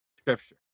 scripture